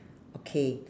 okay